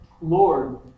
Lord